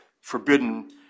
forbidden